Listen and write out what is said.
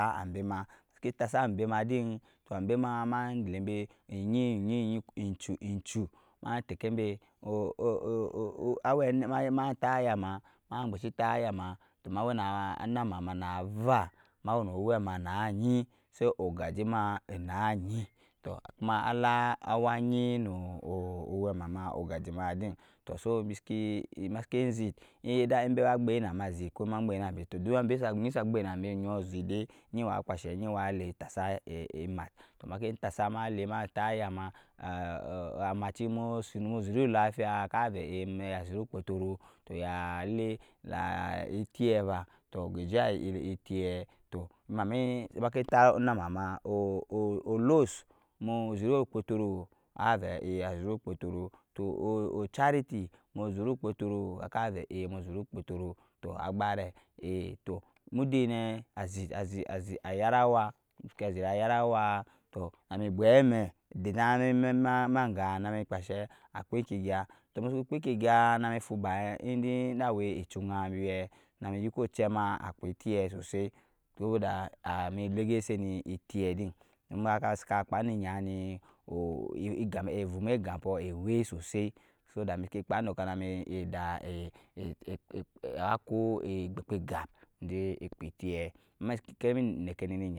matasa ambɛma din tɔɔ amb ɛma ma iɛbɛ enyi egyi egyi egju ma tɛkɛmbɛ ma tap ayaama tɔɔ ma wɛna anamama nava ma wunɔɔ owɛma na egyi sa ogajɛma onaegyi tɔɔ ala awaegyi nɔɔ owemama ogajɛmadin tɔɔ sɔɔ masiki zit either ma genambɛ ezit kɔɔ a gɛnama tɔɔ duk ogyi sa gɛnagɔɔ zit dai ngyi wa alɛ tasa ɛmat tɔɔ maki tasa ɛmat tɔɔ maki tasa malɛ ma tap ayama amaci mu zit olafiya ka ve a zit okpatɔrɔɔ ya ɛlɛ ya ɛlɛ ba tɔɔ gaijiya ɛtɛ tɔɔ makin tap onumama. olosɛ muzɛt okpotɔrɔɔ avɛ e azit okpɔtɔrɔɔ tɔɔ ocharity mu zɛt okpɔtɔrɔɔ kavɛ a zɛt okpɔtɔrɔɔ tɔɔ agbarɛ tɔɔ muda i nɛ azit misika azit ayarawa misika azit ayarawa tɔɔ nami abiɛamɛ dana ma aga nami kpasha akpa egkigya nami fuba gawa echugan nami yikɛ ochɛma akpa ɛti sɔsɔɔ sobo da nami iɛgɛsini etɛ embahakaba saka kpa neigyanin tɔɔ evumi egapɔɔ ewɛ sɔsɔɔ ama kada mi nɛkɛni,